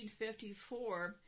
1954